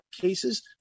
cases